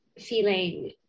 Feeling